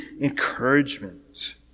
encouragement